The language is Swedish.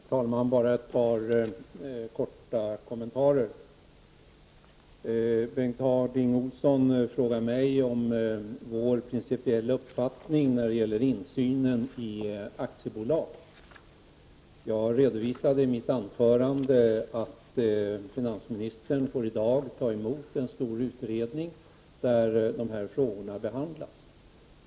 Herr talman! Bara ett par korta kommentarer. Bengt Harding Olson frågade mig om vår principiella uppfattning när det gäller insynen i aktiebolag. Jag redovisade i mitt anförande att finansministern i dag får ta emot en stor utredning där de här frågorna behandlas.